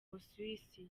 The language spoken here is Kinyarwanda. busuwisi